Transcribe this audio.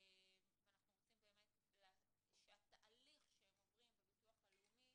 ואנחנו רוצים שהתהליך שהם עוברים בביטוח לאומי